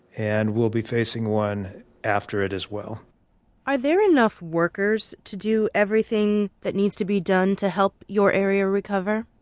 and we'll be facing one after it as well are there enough workers to do everything that needs to be done to help your area recover?